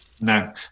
No